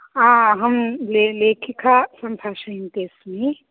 अहं ले लेखिका सम्भाषयन्ती अस्मि